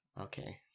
Okay